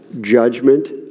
judgment